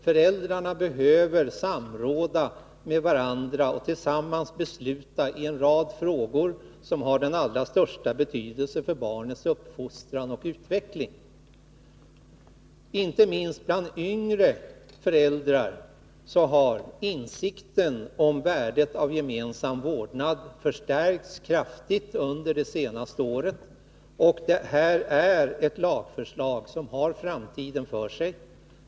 Föräldrarna behöver samråda med varandra och tillsammans besluta i en rad frågor som har den allra största betydelse för barnens uppfostran och utveckling. Inte minst bland yngre föräldrar har insikten om värdet av gemensam vårdnad förstärkts kraftigt under de senaste åren. Detta är ett lagförslag som har framtiden för sig.